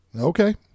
okay